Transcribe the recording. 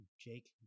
jake